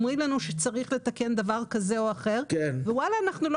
אומרים לנו שצריך לתקן דבר כזה או אחר ואנחנו לא